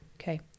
okay